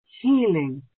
healing